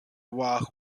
walk